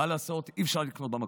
מה לעשות, אי-אפשר לקנות במכולת.